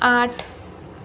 आठ